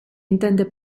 intende